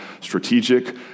strategic